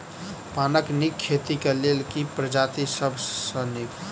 पानक नीक खेती केँ लेल केँ प्रजाति सब सऽ नीक?